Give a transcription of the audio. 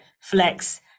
flex